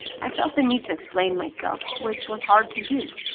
i felt the need to explain myself, which was hard to do.